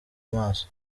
amaso